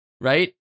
right